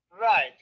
right